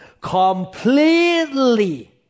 completely